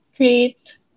create